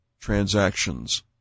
transactions